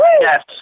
Yes